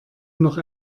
noch